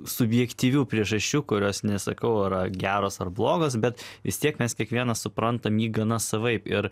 subjektyvių priežasčių kurios nesakau yra geros ar blogos bet vis tiek mes kiekvienas suprantam jį gana savaip ir